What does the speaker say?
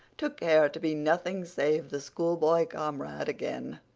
took care to be nothing save the schoolboy comrade again.